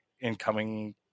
incoming